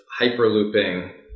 hyperlooping